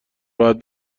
راحت